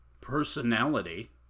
Personality